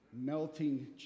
melting